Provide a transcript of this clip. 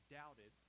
doubted